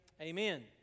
Amen